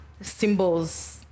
symbols